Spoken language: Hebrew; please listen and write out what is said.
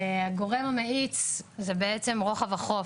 הגורם המאיץ זה בעצם רוחב החוף,